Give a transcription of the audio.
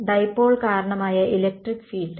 dipole കാരണമായ electric field